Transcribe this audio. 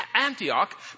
Antioch